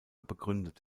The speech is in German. begründet